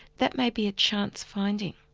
that may be a chance finding.